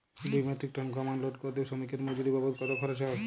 দুই metric tonne গম unload করতে শ্রমিক এর মজুরি বাবদ কত খরচ হয়?